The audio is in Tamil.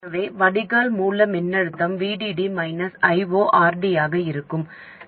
எனவே வடிகால் மூல மின்னழுத்தம் VDD மைனஸ் I0 RD ஆக இருக்கும்